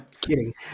kidding